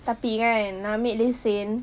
tetapi kan ambil lesen